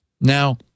Now